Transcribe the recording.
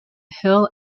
hill